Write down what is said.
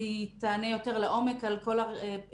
תכף היא תענה יותר לעומק על כל ההיבטים